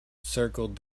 circled